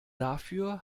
dafür